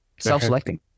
Self-selecting